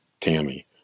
Tammy